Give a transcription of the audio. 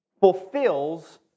fulfills